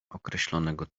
określonego